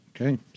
Okay